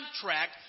contract